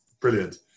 brilliant